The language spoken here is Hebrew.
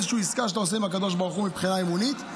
איזושהי עסקה שאתה עושה עם הקדוש ברוך הוא מבחינה אמונית,